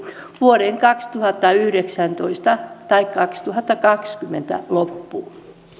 vuoden kaksituhattayhdeksäntoista tai kaksituhattakaksikymmentä loppuun